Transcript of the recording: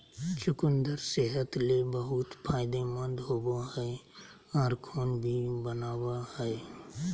चुकंदर सेहत ले बहुत फायदेमंद होवो हय आर खून भी बनावय हय